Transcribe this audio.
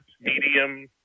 medium